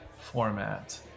format